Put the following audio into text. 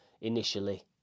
initially